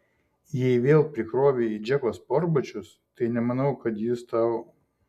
jei vėl prikrovei į džeko sportbačius tai nemanau kad jis tau